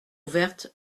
ouverte